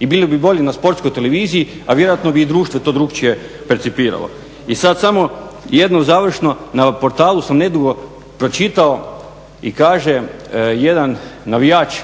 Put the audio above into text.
I bili bi bolji na Sportskoj televiziji, a vjerojatno bi i društvo to drukčije percipiralo. I sad samo jedno završno. Na portalu sam nedugo pročitao i kaže jedan navijač